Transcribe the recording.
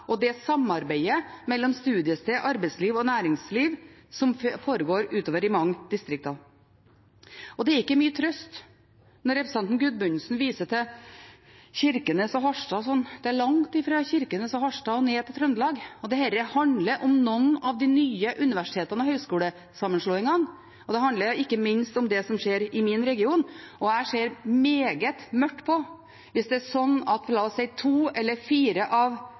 og det samarbeidet mellom studiested, arbeidsliv og næringsliv som foregår i mange distrikt. Det er ikke mye trøst i at representanten Gudmundsen viser til Kirkenes og Harstad. Det er langt fra Kirkenes og Harstad og ned til Trøndelag. Dette handler om noen av de nye universitets- og høyskolesammenslåingene, og det handler ikke minst om det som skjer i min region. Jeg ser meget mørkt på det hvis det er slik at – la oss si – to eller tre av